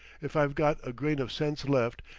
if i've got a grain of sense left,